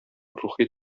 рухи